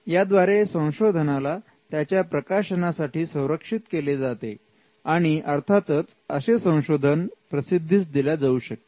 याद्वारे संशोधनाला त्याच्या प्रकाशनासाठी संरक्षित केले जाते आणि अर्थातच असे संशोधन प्रसिद्धीस दिल्या जाऊ शकते